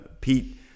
Pete